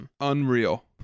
unreal